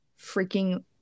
freaking